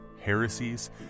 heresies